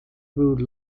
brewed